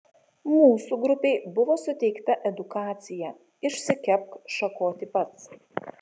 mūsų grupei buvo suteikta edukacija išsikepk šakotį pats